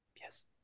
Yes